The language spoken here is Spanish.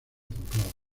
templado